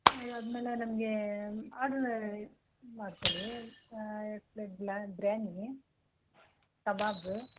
ಅದಾದಮೇಲೆ ನಮಗೆ ಆರ್ಡ್ರು ಇದು ಮಾಡ್ಕೋಳ್ಳಿ ಎರಡು ಪ್ಲೇಟ್ ಬ್ಲ್ಯಾ ಬ್ರ್ಯಾನೀ ಕಬಾಬ್